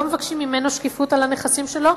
לא מבקשים ממנו שקיפות של הנכסים שלו,